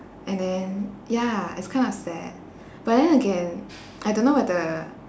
and then ya it's kind of sad but then again I don't know whether